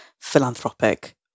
philanthropic